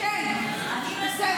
אתם יודעים את זה.